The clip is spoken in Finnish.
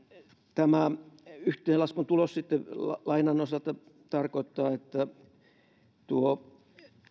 tämä yhteenlaskun tulos tarkoittaa lainan osalta että tuo